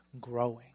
growing